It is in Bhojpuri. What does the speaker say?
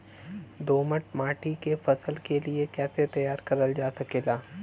दोमट माटी के फसल के लिए कैसे तैयार करल जा सकेला?